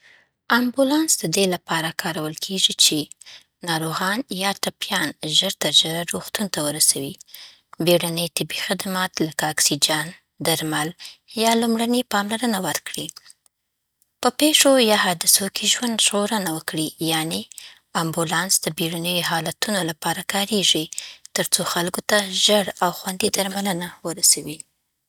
امبولانس د دې لپاره کارول کېږي چې: ناروغان یا ټپیان ژر تر ژره روغتون ته ورسوي. بیړنی طبي خدمات لکه اکسیجن، درمل، یا لومړنۍ پاملرنه ورکړي. په پېښو یا حادثو کې ژوند ژغورنه وکړي. یعنې، امبولانس د بیړنیو حالاتونو لپاره کارېږي تر څو خلکو ته ژر او خوندي درملنه ورسوي.